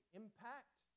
impact